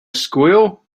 squeal